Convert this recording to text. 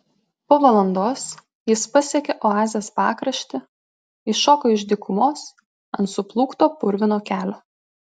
po valandos jis pasiekė oazės pakraštį iššoko iš dykumos ant suplūkto purvino kelio